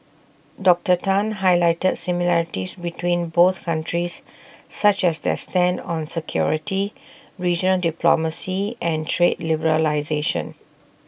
Doctor Tan highlighted similarities between both countries such as their stand on security regional diplomacy and trade liberalisation